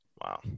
Wow